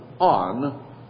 on